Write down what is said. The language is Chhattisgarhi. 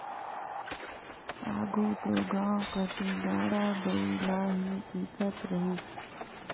आघु दो गाँव कती गाड़ा बइला ही दिखत रहिस